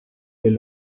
des